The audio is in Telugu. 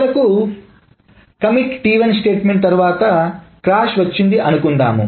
చివరకు కమిట్ commit T1 స్టేట్మెంట్ తర్వాత క్రాష్ వచ్చింది అనుకుందాం